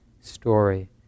story